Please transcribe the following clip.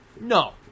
No